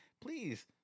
please